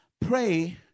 pray